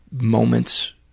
moments